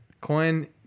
Coin